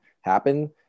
happen